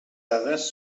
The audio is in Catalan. dades